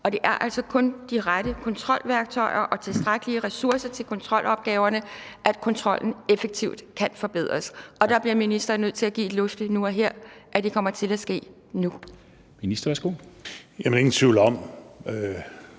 Det er altså kun med de rette kontrolværktøjer og tilstrækkelige ressourcer til kontrolopgaverne, at kontrollen effektivt kan forbedres, og der bliver ministeren nødt til at give et løfte nu og her: at det kommer til at ske nu.